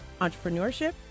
entrepreneurship